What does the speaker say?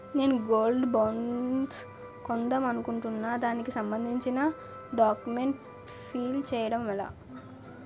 నేను gold bonds కొందాం అనుకుంటున్నా దానికి సంబందించిన డాక్యుమెంట్స్ ఫిల్ చేయడం ఎలా?